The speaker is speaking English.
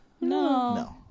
No